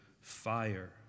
fire